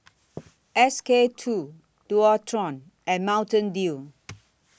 S K two Dualtron and Mountain Dew